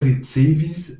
ricevis